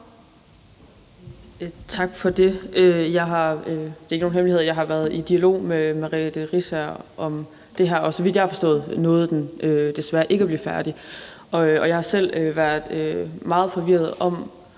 Tak for det. Det er ikke nogen hemmelighed, at jeg har været i dialog med Merete Riisager om det her, og så vidt jeg har forstået, nåede den desværre ikke at blive færdig. Og jeg har selv været meget forvirret,